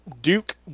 Duke